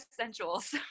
essentials